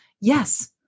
yes